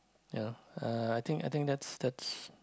ya uh I think I think that's that's